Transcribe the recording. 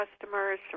customers